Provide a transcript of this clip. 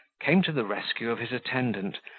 came to the rescue of his attendant,